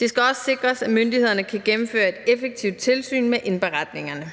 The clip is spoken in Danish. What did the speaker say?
Det skal også sikres, at myndighederne kan gennemføre et effektivt tilsyn med indberetningerne.